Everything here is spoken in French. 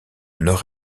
nord